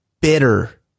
bitter